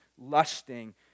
lusting